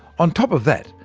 on top of that,